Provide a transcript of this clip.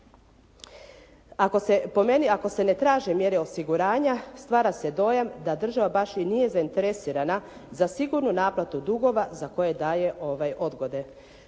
ako se ne traže mjere osiguranja stvara se dojam da država baš i nije zainteresirana za sigurnu naplatu dugova za koje daje odgode.